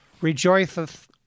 Rejoiceth